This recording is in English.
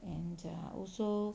and err also